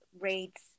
rates